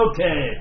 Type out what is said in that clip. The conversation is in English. Okay